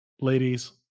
ladies